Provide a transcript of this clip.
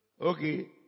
Okay